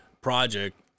project